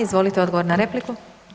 Izvolite odgovor na repliku.